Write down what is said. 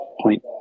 point